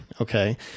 Okay